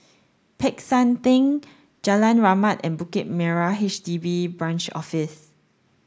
Peck San Theng Jalan Rahmat and Bukit Merah H D B Branch Office